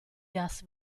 gas